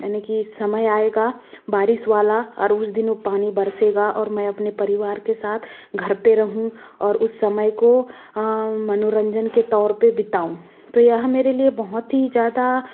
यानि की समय आएगा बारिश वाला और उस दिन पानी बरसेगा और मैं अपने परिवार के साथ घर पे रहूँ और उस समय को मनोरंजन के तौर पे बिताऊँ तो यह मेरे लिये बहुत ही ज़्यादा